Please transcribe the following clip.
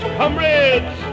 comrades